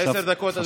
עשר דקות, אדוני השר.